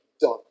done